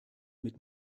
mit